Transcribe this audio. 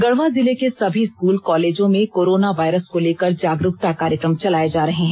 गढ़वा जिले के सभी स्कूल कॉलेजों में कोरोना वायरस को लेकर जागरूकता कार्यकम चलाये जा रहे हैं